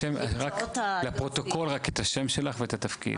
זה מקצועות ה- לפרוטוקול רק את השם שלך ואת התפקיד.